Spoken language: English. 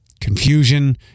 Confusion